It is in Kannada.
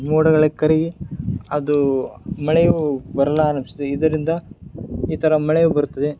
ಮೋಡಗಳು ಕರಗಿ ಅದು ಮಳೆಯು ಬರಲಾರಂಭಿಸುತ್ತೆ ಇದರಿಂದ ಈ ಥರ ಮಳೆಯು ಬರುತ್ತದೆ